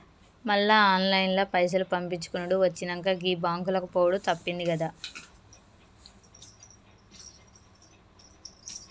మళ్ల ఆన్లైన్ల పైసలు పంపిచ్చుకునుడు వచ్చినంక, గీ బాంకులకు పోవుడు తప్పిందిగదా